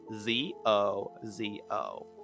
Z-O-Z-O